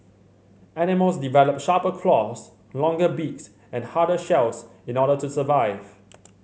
animals develop sharper claws longer beaks and harder shells in the order to survive